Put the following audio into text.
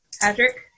Patrick